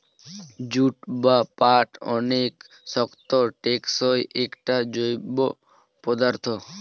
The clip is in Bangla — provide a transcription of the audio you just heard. জুট বা পাট অনেক শক্ত, টেকসই একটা জৈব পদার্থ